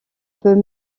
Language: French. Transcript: peut